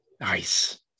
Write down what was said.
Nice